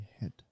head